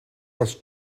les